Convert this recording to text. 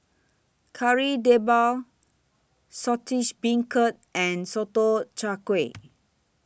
Kari Debal Saltish Beancurd and Sotong Char Kway